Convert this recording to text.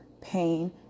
pain